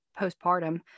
postpartum